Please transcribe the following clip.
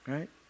Right